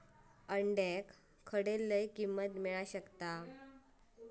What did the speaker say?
अंड्याक खडे लय किंमत मिळात?